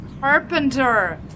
Carpenter